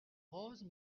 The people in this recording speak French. rose